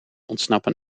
ontsnappen